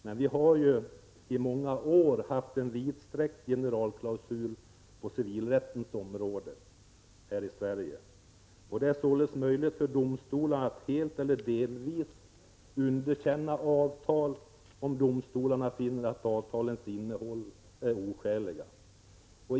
Men vi har i många år haft en vidsträckt generalklausul på civilrättens område här i Sverige. Det är således möjligt för domstolarna att helt eller delvis underkänna avtal om domstolarna finner avtalens innehåll oskäliga.